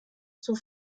zur